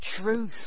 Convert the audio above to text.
truth